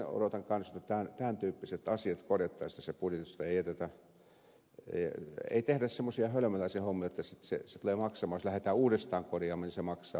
odotan myös että tämän tyyppiset asiat korjattaisiin tässä budjetissa eikä jätetä ei tehdä sellaisia hölmöläisen hommia jotta se tulee maksamaan jos lähdetään uudestaan korjaamaan paljon enemmän